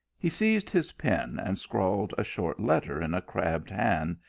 he seized his pen, and scrawled a short letter in a crabbed hand,